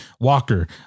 Walker